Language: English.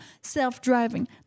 self-driving